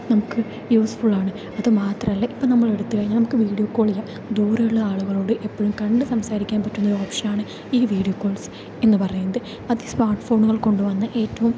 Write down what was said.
നമുക്ക് useful ആണ് അതു മാത്രമല്ല ഇപ്പോൾ നമ്മൾ എടുത്തു കഴിഞ്ഞാൽ നമുക്ക് വീഡിയോ കോൾ ചെയ്യാം ദൂരെ ഉള്ള ആളുകളോട് എപ്പോഴും കണ്ടു സംസാരിക്കാൻ പറ്റുന്ന ഒരു ഓപ്ഷൻ ആണ് ഈ വീഡിയോ കോൾസ് എന്നു പറയുന്നത് അത് സ്മാർട്ട് ഫോണുകൾ കൊണ്ടുവന്ന ഏറ്റവും